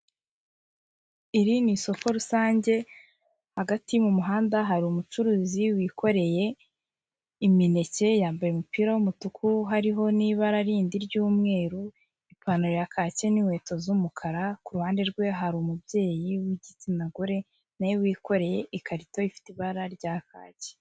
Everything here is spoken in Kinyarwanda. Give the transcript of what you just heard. Iri ni isoko rusange hagati mu muhanda hari umucuruzi wikoreye imineke yambaye umupira w'umutuku hariho n'ibara rindi ry'umweru, ipantaro ya kaki n'inkweto z'umukara, ku ruhande rwe hari umubyeyi w'igitsina gore na we wikoreye ikarito ifite ibara rya kaki.